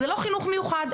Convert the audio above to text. זה לא חינוך מיוחד,